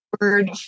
word